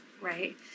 right